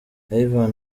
ivan